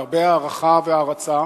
בהרבה הערכה והערצה,